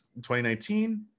2019